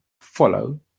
follow